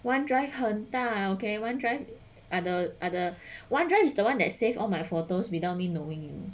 one drive 很大 okay one drive other other one drive is the one that save all my photos without me knowing you know